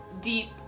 deep